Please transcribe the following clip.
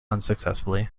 unsuccessfully